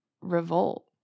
revolt